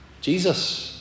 Jesus